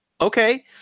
Okay